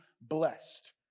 blessed